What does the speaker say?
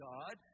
God